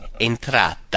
entrata